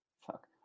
Fuck